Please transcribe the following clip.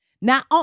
Now